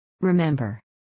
Remember